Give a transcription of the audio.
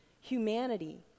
humanity